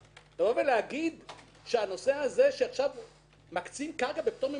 לומר שהנושא הזה, שעכשיו מקצים קרקע בפטור ממכרז?